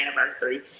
anniversary